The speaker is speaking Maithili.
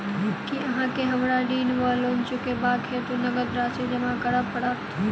की अहाँ केँ हमरा ऋण वा लोन चुकेबाक हेतु नगद राशि जमा करऽ पड़त?